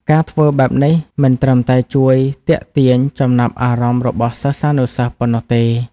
ការធ្វើបែបនេះមិនត្រឹមតែជួយទាក់ទាញចំណាប់អារម្មណ៍របស់សិស្សានុសិស្សប៉ុណ្ណោះទេ។